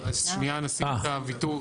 לא, אז שנייה נשים את הוויתור.